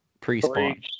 Pre-spawn